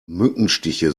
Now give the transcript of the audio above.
mückenstiche